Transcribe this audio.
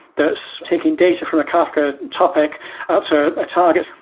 thus taking data from a kafka topic out to a target,